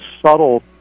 subtle